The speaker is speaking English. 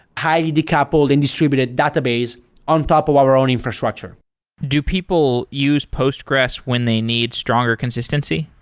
highly-decoupled and distributed database on top of our own infrastructure do people use postgres when they need stronger consistency?